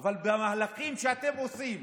אבל במהלכים שאתם עושים,